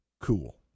Cool